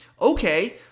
Okay